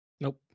Nope